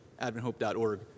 AdventHope.org